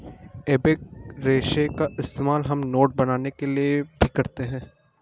एबेक रेशे का इस्तेमाल हम नोट बनाने के लिए भी करते हैं